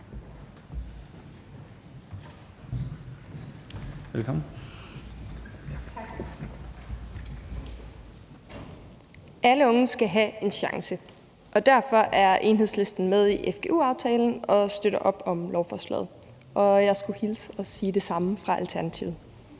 Alle unge skal have en chance, og derfor er Enhedslisten med i fgu-aftalen og støtter op om lovforslaget, og jeg skulle hilse og sige det samme fra Alternativet.